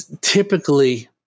typically